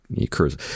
occurs